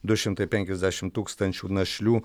du šimtai penkiasdešim tūkstančių našlių